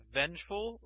vengeful